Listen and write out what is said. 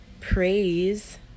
praise